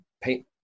paint